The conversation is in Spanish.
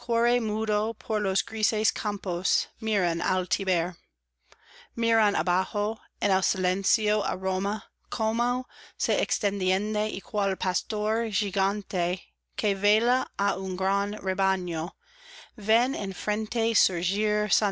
por los grises campos miran al tiber miran abajo en el silencio á roma cómo se extiende y cual pastor gigante que vela á un gran rebaño